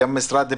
משרד הפנים.